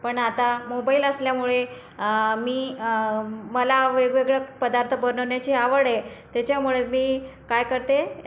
पण आता मोबाईल असल्यामुळे मी मला वेगवेगळं पदार्थ बनवण्याची आवड आहे त्याच्यामुळे मी काय करते